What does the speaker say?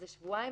איזה שבועיים.